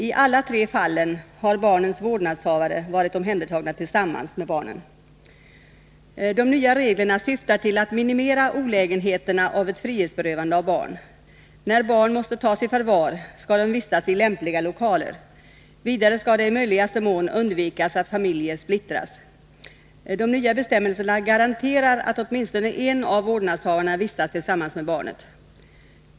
I alla tre fallen har barnens vårdnadshavare varit omhändertagna tillsammans med barnen. De nya reglerna syftar till att minimera olägenheterna av ett frihetsberövande av barn. När barn måste tas i förvar skall de vistas i lämpliga lokaler. Vidare skall det i möjligaste mån undvikas att familjer splittras. De nya bestämmelserna garanterar att åtminstone en av vårdnadshavarna vistas tillsammans med barnet.